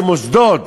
זה מוסדות.